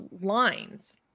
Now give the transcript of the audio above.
lines